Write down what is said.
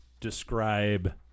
describe